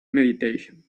meditation